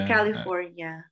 California